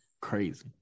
crazy